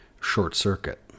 short-circuit